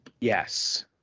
Yes